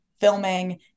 filming